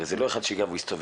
הרי זה לא אחד שהגיע והסתובב.